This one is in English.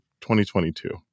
2022